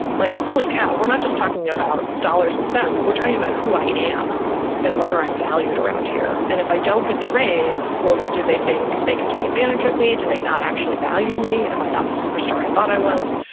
like holy cow, we're not just talking about dollars and cents. we're talking about who i am and whether i'm valued around here. and if i don't get the raise, well, do they think they can take advantage of me? do they not actually value me? am i not the superstar i thought i was.